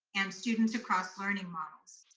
and students across learning models.